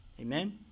Amen